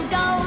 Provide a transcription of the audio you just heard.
go